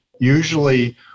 usually